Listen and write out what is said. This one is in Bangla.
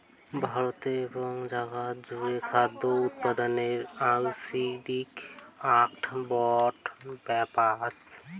ভারতে এবং জাগাত জুড়ে খাদ্য উৎপাদনের ইন্ডাস্ট্রি আক বড় ব্যপছা